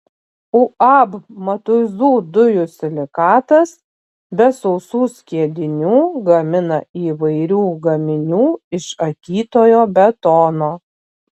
uab matuizų dujų silikatas be sausų skiedinių gamina įvairių gaminių iš akytojo betono